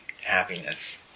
happiness